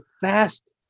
fast